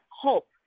hope